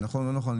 נכון או לא נכון,